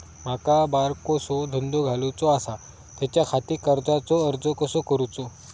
माका बारकोसो धंदो घालुचो आसा त्याच्याखाती कर्जाचो अर्ज कसो करूचो?